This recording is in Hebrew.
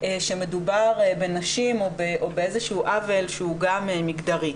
שמדובר בנשים או באיזשהו עוול שהוא גם מגדרי.